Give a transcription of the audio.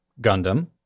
Gundam